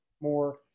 more